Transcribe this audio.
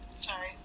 Sorry